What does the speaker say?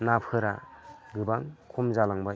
नाफोरा गोबां खम जालांबाय